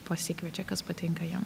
pasikviečia kas patinka jiem